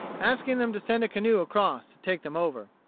asking them to send a canoe across to take them over.